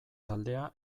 taldea